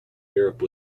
europe